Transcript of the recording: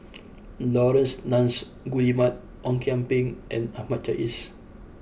Laurence Nunns Guillemard Ong Kian Peng and Ahmad Jais